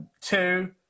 Two